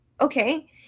okay